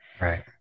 Right